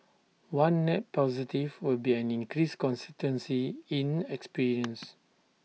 one net positive will be an increased consistency in experience